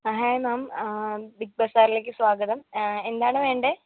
hi ma'am big ബസാറിലേക്ക് സ്വാഗതം എന്താണ് വേണ്ടത്